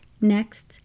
next